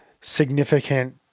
significant